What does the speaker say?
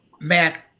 Matt